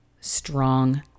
strong